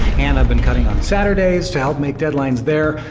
and i've been cutting on saturdays to help make deadlines there.